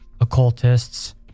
occultists